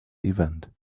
event